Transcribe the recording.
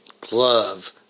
glove